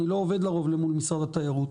אני לא עובד לרוב למול משרד התיירות,